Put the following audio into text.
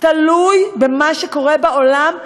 תלוי במה שקורה בעולם.